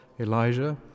Elijah